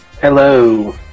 Hello